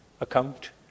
account